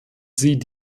sie